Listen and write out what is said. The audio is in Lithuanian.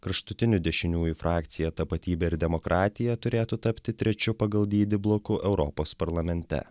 kraštutinių dešiniųjų frakcija tapatybė ir demokratija turėtų tapti trečiu pagal dydį bloku europos parlamente